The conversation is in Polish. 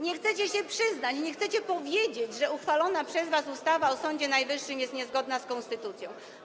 Nie chcecie się przyznać, nie chcecie powiedzieć, że uchwalona przez was ustawa o Sądzie Najwyższym jest niezgodna z konstytucją.